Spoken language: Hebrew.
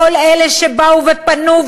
כל אלה שבאו ופנו,